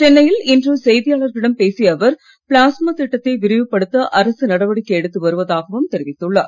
சென்னையில் இன்று செய்தியாளர்களிடம் பேசிய அவர் பிளாஸ்மா திட்டத்தை விரிவுபடுத்த அரசு நடவடிக்கை எடுத்து வருதாகவும் தெரிவித்துள்ளார்